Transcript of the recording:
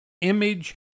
image